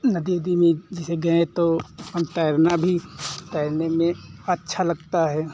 नदी उदी में जैसे गए तो हम तैरना भी तैरने में अच्छा लगता है